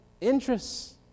interests